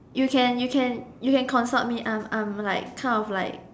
you can you can you can consult me I'm I'm like kind of like